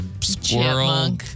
squirrel